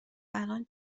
الان